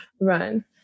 run